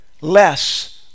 less